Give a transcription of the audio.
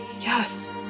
yes